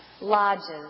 lodges